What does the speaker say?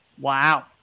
Wow